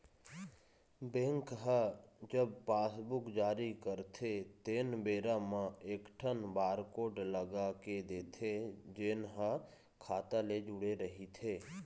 bank ह जब passbook जारी करथे तेन बेरा म एकठन बारकोड लगा के देथे जेन ह खाता ले जुड़े रहिथे